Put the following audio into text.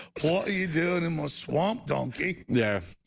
what are you doing in my swamp donkey? yeah,